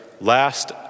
last